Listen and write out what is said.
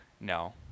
no